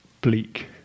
bleak